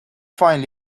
find